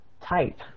type